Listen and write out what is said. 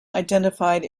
identified